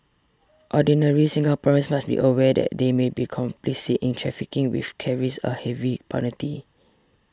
ordinary Singaporeans must be aware that they may be complicit in trafficking which carries a heavy penalty